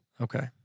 Okay